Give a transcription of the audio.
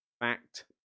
Fact